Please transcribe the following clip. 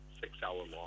six-hour-long